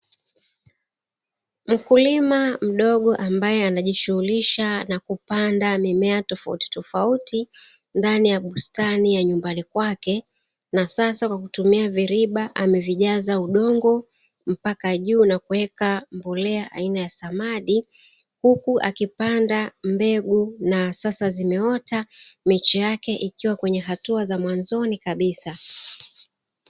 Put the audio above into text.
Mkulima mdogo ambaye anajishughulisha na kupanda mimea tofautitofauti, ndani ya bustani ya nyumbani kwake na sasa kwa kutumia viriba amevijaza udongo mpaka juu na kuweka mbolea aina ya samadi, huku akipanda mbegu na sasa zimeota; miche yake ikiwa kwenye hatua za mwanzoni kabisa.